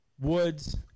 Woods